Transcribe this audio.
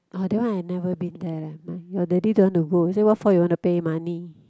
orh that one I never been there leh your daddy don't want to go say what for you want to pay money